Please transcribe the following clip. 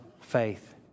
faith